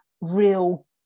real